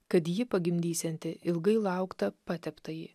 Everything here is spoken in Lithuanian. kad ji pagimdysianti ilgai lauktą pateptąjį